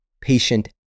patient